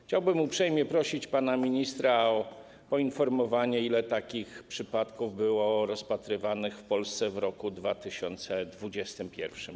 Chciałbym uprzejmie prosić pana ministra o poinformowanie, ile takich przypadków było rozpatrywanych w Polsce w roku 2021.